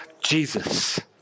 Jesus